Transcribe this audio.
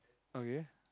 okay